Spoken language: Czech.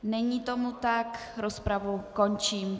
Není tomu tak, rozpravu končím.